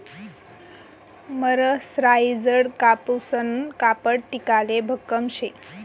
मरसराईजडं कापूसनं कापड टिकाले भक्कम शे